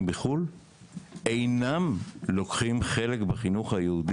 בחו"ל אינם לוקחים חלק בחינוך היהודי.